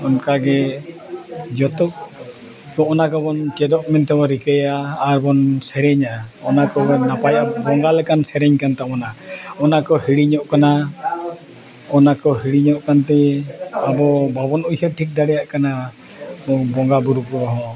ᱚᱱᱠᱟ ᱜᱮ ᱡᱚᱛᱚ ᱚᱱᱟ ᱠᱚᱵᱚᱱ ᱪᱮᱫᱚᱜ ᱢᱮᱱᱛᱮ ᱛᱮᱵᱚᱱ ᱨᱤᱠᱟᱹᱭᱟ ᱟᱨ ᱵᱚᱱ ᱥᱮᱨᱮᱧᱟ ᱚᱱᱟ ᱠᱚᱵᱚᱱ ᱱᱟᱯᱟᱭᱟ ᱵᱚᱸᱜᱟ ᱞᱮᱠᱟᱱ ᱥᱮᱨᱮᱧ ᱠᱟᱱ ᱛᱟᱵᱚᱱᱟ ᱚᱱᱟ ᱠᱚ ᱦᱤᱲᱤᱧᱚᱜ ᱠᱟᱱᱟ ᱚᱱᱟ ᱠᱚ ᱦᱤᱲᱤᱧᱚᱜ ᱠᱟᱱᱛᱮ ᱟᱵᱚ ᱵᱟᱵᱚᱱ ᱩᱭᱦᱟᱹᱨ ᱴᱷᱤᱠ ᱫᱟᱲᱮᱭᱟᱜ ᱠᱟᱱᱟ ᱵᱚᱸᱜᱟ ᱵᱳᱨᱳ ᱠᱚᱦᱚᱸ